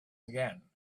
again